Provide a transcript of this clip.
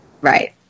Right